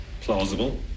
plausible